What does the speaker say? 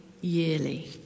yearly